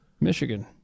Michigan